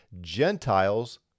Gentiles